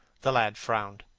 the lad frowned.